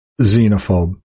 xenophobe